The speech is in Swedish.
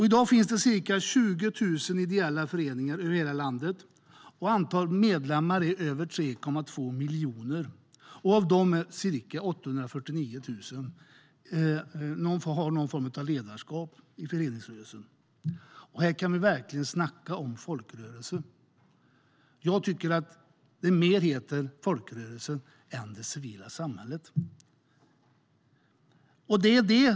I dag finns det ca 20 000 ideella föreningar över hela landet, och antalet medlemmar är på över 3,2 miljoner. Av dem har ca 849 000 någon form av ledarskap i föreningsrörelsen. Här kan vi verkligen snacka om folkrörelse. Jag tycker att det hellre ska heta folkrörelsen än det civila samhället.